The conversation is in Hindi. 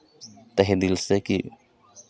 तहे दिल से कि